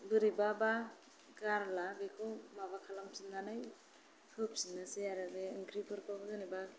बोरैबाबा गारला बेखौ माबा खालामफिननानै होफिननोसै आरो बे ओंख्रिफोरखौ जेन'बा